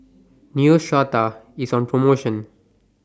Neostrata IS on promotion